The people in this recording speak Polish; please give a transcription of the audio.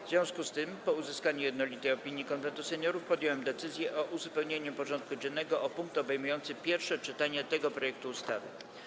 W związku z tym, po uzyskaniu jednolitej opinii Konwentu Seniorów, podjąłem decyzję o uzupełnieniu porządku dziennego o punkt obejmujący pierwsze czytanie tego projektu ustawy.